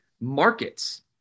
markets